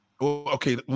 okay